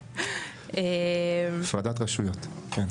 הפרדת רשויות, כן.